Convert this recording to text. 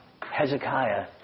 Hezekiah